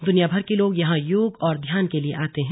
दुनियाभर के लोग यहां योग और ध्यान के लिए आते हैं